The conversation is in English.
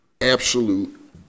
absolute